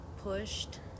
pushed